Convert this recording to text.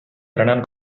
prenen